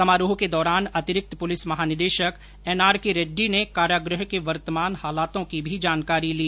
समारोह के दौरान अतिरिक्त पुलिस महानिदेशक एन आर के रेड्डी ने कारागृह के वर्तमान हालातों की भी जानकारी ली